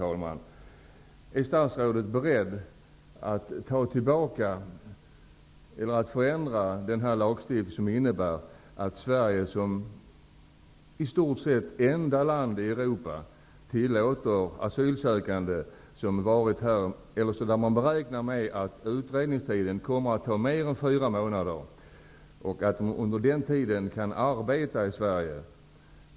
Till sist: Är statsrådet beredd att ändra den lagstiftning som innebär att Sverige som i stort sett enda land i Europa tillåter asylsökande, om utredningstiden kommer att vara längre än fyra månader, att arbeta i Sverige?